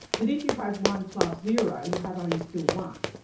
that if you have one plus zero, you have only still one.